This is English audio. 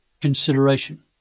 consideration